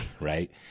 right